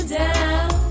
down